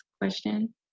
question